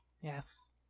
Yes